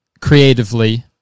creatively